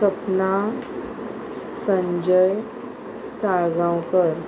Sapna Sanjay Salgaonkar